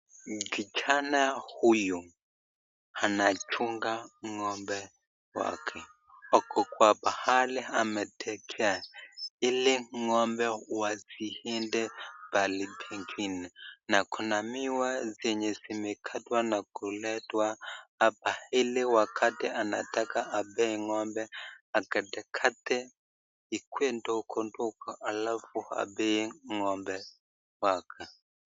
Kijana huyu anachunga ng'ombe wake, ako kwa pahali ametegea, ili ng'ombe wasiende pahali pengine, na kuna miwa zenye zimekatwa na kuletwa hapa ili wakati anataka apee ng'ombe akatakate ikuwe ndongo alafu apee ng'ombe wake.